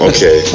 Okay